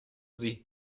sie